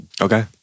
Okay